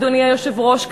אדוני היושב-ראש,